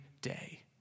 day